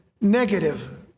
negative